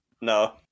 No